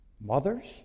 mothers